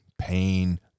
pain